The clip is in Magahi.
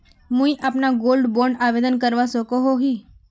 मुई अपना गोल्ड बॉन्ड आवेदन करवा सकोहो ही?